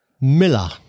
Miller